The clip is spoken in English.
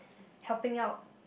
helping out